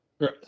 Right